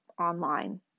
online